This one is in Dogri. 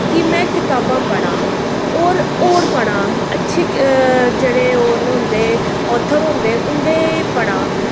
कि में कताबां पढ़ा होर होर पढ़ां अच्छे जेह्ड़े ओह् न उं'दे आथर होंदी उं'दे पढ़ां